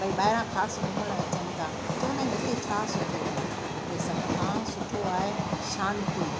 भई ॿाहिरां ख़ासि घुमण अचनि था चवंदा आहिनि हिते छा सुठो आहे हिते सभु खां सुठो आहे शांति